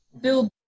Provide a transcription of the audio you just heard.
build